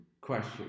question